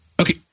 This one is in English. okay